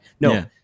No